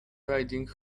riding